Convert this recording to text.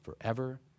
forever